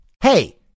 Hey